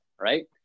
right